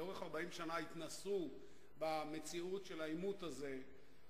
לאורך 40 שנה התנסו במציאות של העימות הזה,